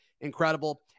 incredible